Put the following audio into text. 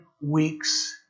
weeks